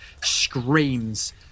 screams